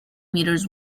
metres